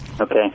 Okay